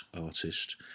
artist